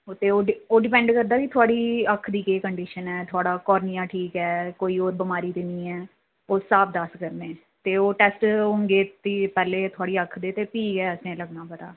ते ओ ओह् डिपेंड करदा की थोहाड़ी अक्ख दी केह् कंडीशन ऐ थोहाड़ा कार्निया ठीक ऐ कोई होर बमारी ते निं ऐ उस स्हाब दा अस करने ते ओह् टेस्ट होन गे भी पैह्ले थोहाड़ी अक्ख दे ते भी गै असें लग्गना पता